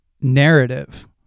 narrative